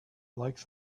like